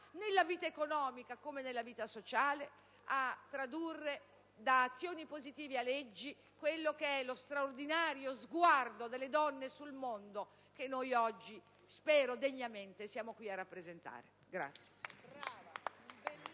nella vita economica come nella vita sociale, a tradurre da azioni positive a leggi quello che è lo straordinario sguardo delle donne sul mondo che noi oggi, spero degnamente, siamo qui a rappresentare.